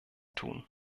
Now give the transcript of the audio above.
tun